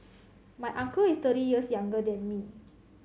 my uncle is thirty years younger than me